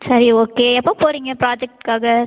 சரி ஓகே எப்போ போகறீங்க ப்ராஜெக்ட்க்காக